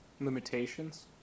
Limitations